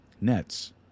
Nets